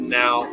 now